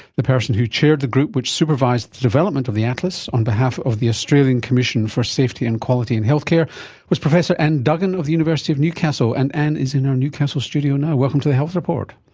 the person who chaired the group which supervised the development of the atlas on behalf of the australian commission for safety and quality in healthcare was professor anne duggan of the university of newcastle. and anne is in our newcastle studio now. welcome to the health report.